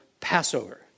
Passover